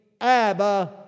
Abba